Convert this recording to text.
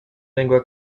lengua